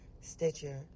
Stitcher